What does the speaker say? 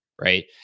right